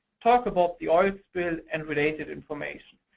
talk about the oil spill, and related information.